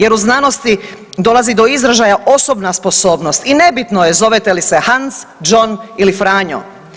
Jer u znanosti dolazi do izražaja osobna sposobnost i nebitno je zovete li se Hans, John ili Franjo.